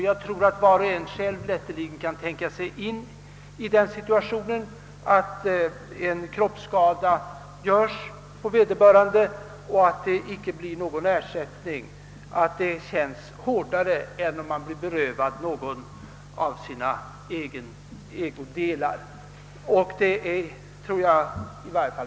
Var och en kan själv lätteligen tänka sig att det, om det uppstår en kroppsskada och ingen ersättning utgår, känns hårdare än om man blir berövad någon av sina ägodelar.